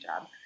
job